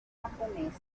japonesas